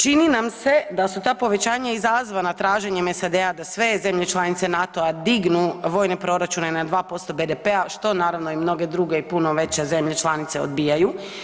Čini nam se da su ta povećanja izazavana traženjem SAD-a da sve zemlje članice NATO-a dignu vojne proračune na 2% BDP-a, što naravno i mnoge druge i puno veće zemlje članice odbijaju.